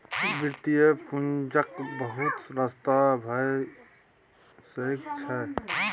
वित्तीय पूंजीक बहुत रस्ता भए सकइ छै